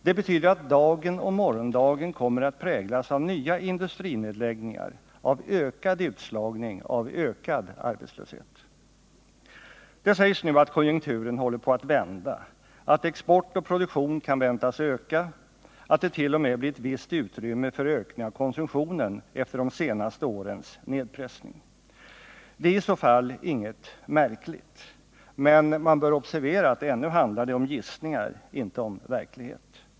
Det betyder att dagen och morgondagen kommer att präglas av nya industrinedläggningar, av ökad utslagning och av ökad arbetslöshet. Det sägs nu att konjunkturen håller på att vända, att export och produktion kan väntas öka, att det t.o.m. blir ett visst utrymme för ökning av konsumtionen efter de senaste årens nedpressning. Det är i och för sig inget märkligt. Men man bör observera att det ännu rör sig om gissningar, inte om verklighet.